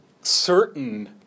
certain